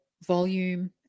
volume